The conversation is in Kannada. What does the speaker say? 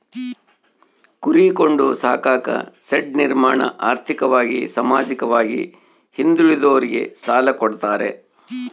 ಕುರಿ ಕೊಂಡು ಸಾಕಾಕ ಶೆಡ್ ನಿರ್ಮಾಣಕ ಆರ್ಥಿಕವಾಗಿ ಸಾಮಾಜಿಕವಾಗಿ ಹಿಂದುಳಿದೋರಿಗೆ ಸಾಲ ಕೊಡ್ತಾರೆ